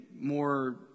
more